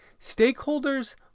Stakeholders